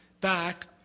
back